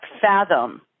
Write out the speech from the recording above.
fathom